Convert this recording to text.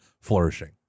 flourishing